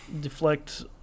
deflect